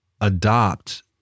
adopt